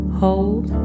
hold